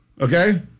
okay